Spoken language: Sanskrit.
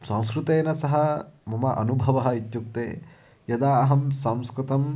संस्कृतेन सह मम अनुभवः इत्युक्ते यदा अहं संस्कृतम्